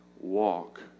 walk